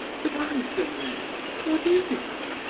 but answer me what is it.